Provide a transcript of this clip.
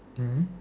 mmhmm